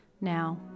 Now